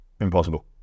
Impossible